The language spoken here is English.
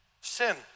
Sin